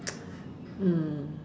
mm